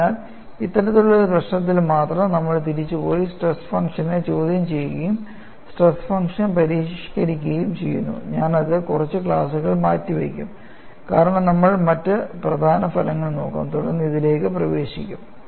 അതിനാൽ ഇത്തരത്തിലുള്ള ഒരു പ്രശ്നത്തിൽ മാത്രം നമ്മൾ തിരിച്ചുപോയി സ്ട്രെസ് ഫംഗ്ഷനെ ചോദ്യം ചെയ്യുകയും സ്ട്രെസ് ഫംഗ്ഷൻ പരിഷ്കരിക്കുകയും ചെയ്യുന്നു അത് ഞാൻ കുറച്ച് ക്ലാസുകൾക്ക് മാറ്റിവയ്ക്കും കാരണം നമ്മൾ മറ്റ് പ്രധാന ഫലങ്ങൾ നോക്കും തുടർന്ന് ഇതിലേക്ക് പ്രവേശിക്കുക